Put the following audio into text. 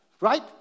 right